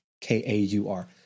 K-A-U-R